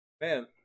man